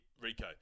Rico